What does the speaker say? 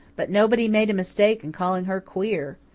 but nobody made a mistake in calling her queer.